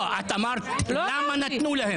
לא, את אמרת "למה נתנו להם?".